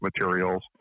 materials